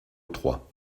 trois